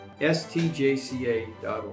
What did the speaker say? stjca.org